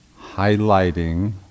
highlighting